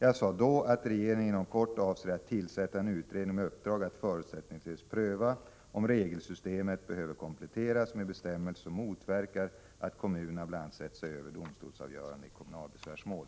Jag sade då att regeringen inom kort avser att tillsätta en utredning med uppdrag att förutsättningslöst pröva om regelsystemet behöver kompletteras med bestämmelser som motverkar att kommunerna bl.a. sätter sig över domstolsavgöranden i kommunalbesvärsmål.